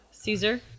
Caesar